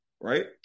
right